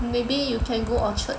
maybe you can go Orchard